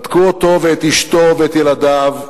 בדקו אותו ואת אשתו ואת ילדיו,